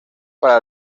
para